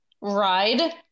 ride